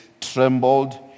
trembled